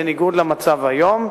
בניגוד למצב היום,